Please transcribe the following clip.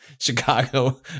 Chicago